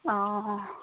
অঁ